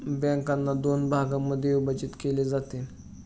बँकांना दोन भागांमध्ये विभाजित केले जाते